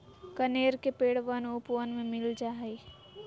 कनेर के पेड़ वन उपवन में मिल जा हई